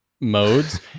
modes